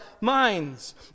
minds